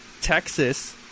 Texas